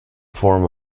form